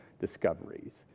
discoveries